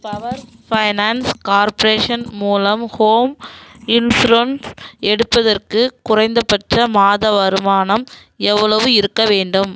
power finance corporation மூலம் home insurance எடுப்பதற்கு குறைந்தபட்ச மாத வருமானம் எவ்வளவு இருக்க வேண்டும்